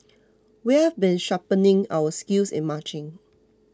we've been sharpening our skills in marching